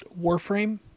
Warframe